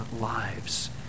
lives